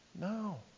No